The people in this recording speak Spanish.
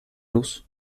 luz